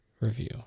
review